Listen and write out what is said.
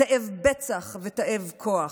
תאב בצע ותאב כוח,